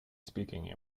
speaking